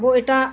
ᱟᱵᱚ ᱮᱴᱟᱜ